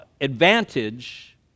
advantage